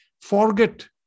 forget